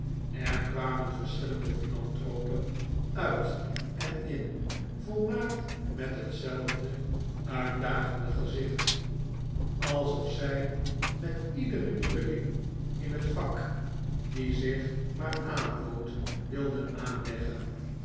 er kwamen verschillende philanthropen uit en in volmaakt met hetzelfde uitdagende gezicht alsof zij het met iederen nieuweling in het vak die zich maar aanbood wilden aanleggen